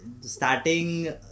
starting